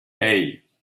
hey